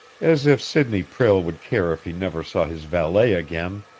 as if sidney prale would care if he never saw his valet again!